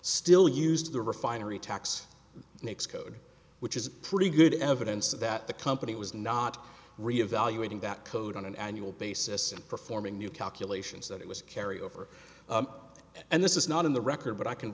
still used to the refinery tax code which is pretty good evidence that the company was not reevaluating that code on an annual basis and performing new calculations that it was carried over and this is not in the record but i can